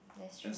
that's true